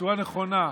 ובצורה נכונה,